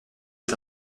est